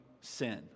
sin